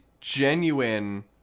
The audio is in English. genuine